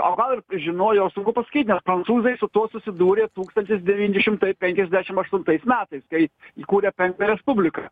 o gal žinojo sunku pasakyt nes prancūzai su tuo susidūrė tūkstantis devyni šimtai penkiasdešim aštuntais metais kai įkūrė penktą respubliką